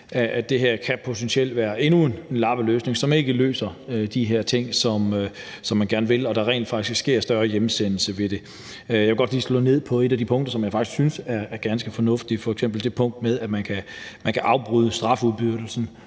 at det her potentielt kan være endnu en lappeløsning, som ikke løser de ting, som man gerne vil løse, i forhold til at der rent faktisk sker en større hjemsendelse ved det. Jeg vil godt lige slå ned på et af de punkter, som jeg faktisk synes er ganske fornuftige, f.eks. det punkt med, at man kan afbryde straffuldbyrdelsen,